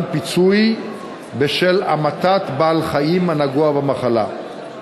פיצוי בשל המתת בעל-חיים הנגוע במחלה.